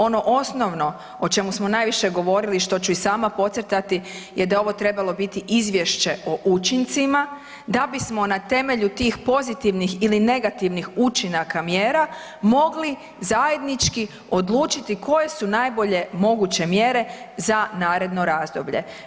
Ono osnovno o čemu smo najviše govorili, što ću i sama podcrtati je da je ovo trebalo biti Izvješće o učincima da bismo na temelju tih pozitivnih ili negativnih učinaka mjera mogli zajednički odlučiti koje su najbolje moguće mjere za naredno razdoblje.